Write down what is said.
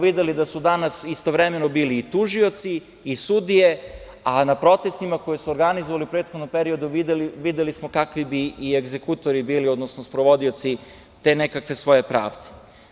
Videli smo da su danas istovremeno bili i tužioci, i sudije, a na protestima koji su organizovali u prethodnom periodu videli smo kakvi bi i egzekutori bili, odnosno sprovodioci te nekakve svoje pravde.